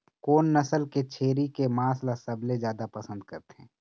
कोन नसल के छेरी के मांस ला सबले जादा पसंद करथे?